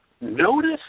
notice